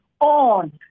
on